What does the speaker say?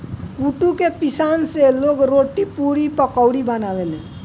कुटू के पिसान से लोग रोटी, पुड़ी, पकउड़ी बनावेला